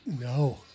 No